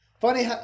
Funny